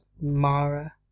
Mara